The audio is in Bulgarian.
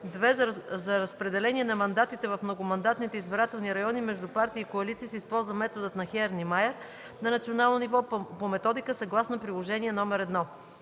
2. За разпределение на мандатите в многомандатните избирателни райони между партии и коалиции се използва методът на Хеър-Ниймайер на национално ниво по методика съгласно Приложение № 1.